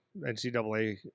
NCAA